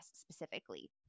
specifically